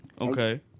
Okay